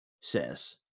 says